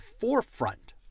forefront